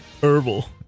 Herbal